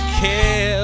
kill